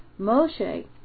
Moshe